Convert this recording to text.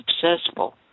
successful